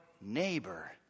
neighbor